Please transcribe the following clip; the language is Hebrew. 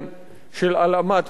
של הלאמת בנקים,